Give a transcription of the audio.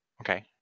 okay